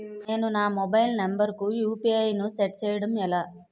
నేను నా mobile number కుయు.పి.ఐ ను సెట్ చేయడం ఎలా?